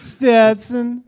Stetson